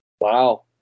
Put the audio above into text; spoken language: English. Wow